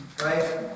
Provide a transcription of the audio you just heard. right